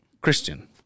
Christian